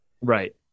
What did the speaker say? Right